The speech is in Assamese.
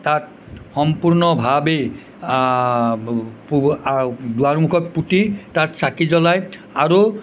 তাত সম্পূৰ্ণভাৱে দুৱাৰমুখত পুতি তাত চাকি জ্বলাই আৰু